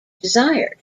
desired